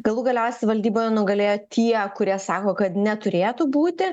galų galiausiai valdyboje nugalėjo tie kurie sako kad neturėtų būti